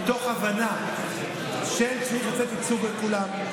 מתוך הבנה שצריך לתת ייצוג לכולם.